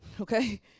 okay